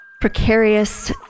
precarious